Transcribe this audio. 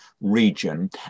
region